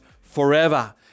forever